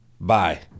bye